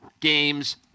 games